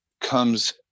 comes